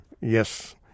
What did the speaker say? Yes